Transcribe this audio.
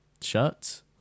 shirts